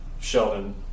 Sheldon